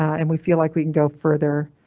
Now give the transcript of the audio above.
and we feel like we can go further,